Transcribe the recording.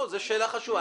זו שאלה חשובה.